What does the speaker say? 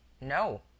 No